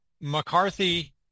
McCarthy